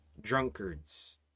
drunkards